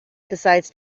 decides